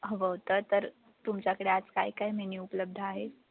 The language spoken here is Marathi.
हवं होतं तर तुमच्याकडे आज काय काय मेन्यू उपलब्ध आहेत